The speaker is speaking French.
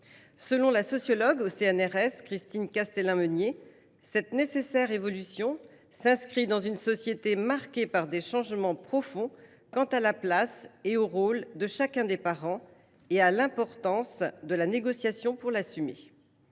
de la recherche scientifique (CNRS), « cette nécessaire évolution s’inscrit dans une société marquée par des changements profonds quant à la place et au rôle de chacun des parents, et à l’importance de la négociation pour l’assumer.